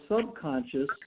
subconscious